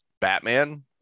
Batman